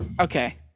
Okay